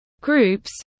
groups